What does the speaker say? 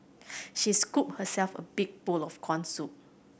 she scooped herself a big bowl of corn soup